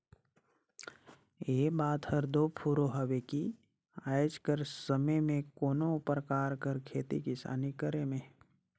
ए बात हर दो फुरों हवे कि आएज कर समे में कोनो परकार कर खेती किसानी करे में